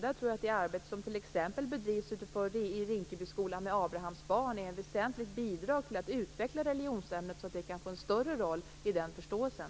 Jag tror att t.ex. det arbete som bedrivs i Rinkebyskolan, med Abrahams barn, är ett väsentligt bidrag till utvecklingen av religionsämnet, så att det kan få en större roll i den förståelsen.